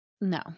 No